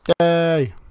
Yay